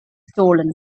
stolen